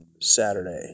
Saturday